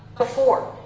before.